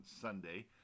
Sunday